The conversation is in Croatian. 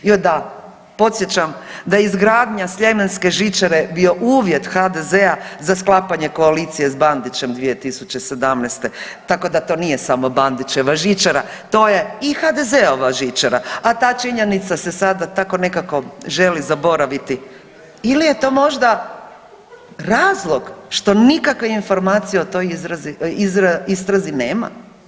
Joj da, podsjećam da izgradnja Sljemenske žičare bio uvjet HDZ-a za sklapanje koalicije s Bandićem 2017. tako da to nije samo Bandićeva žičara, to je i HDZ-ova žičara, a ta činjenica se sada tako nekako želi zaboraviti ili je to možda razlog što nikakve informacije o toj istrazi nema?